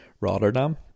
Rotterdam